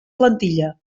plantilla